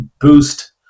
boost